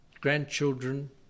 grandchildren